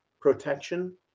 protection